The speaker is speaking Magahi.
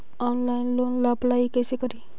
ऑनलाइन लोन ला अप्लाई कैसे करी?